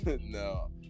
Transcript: no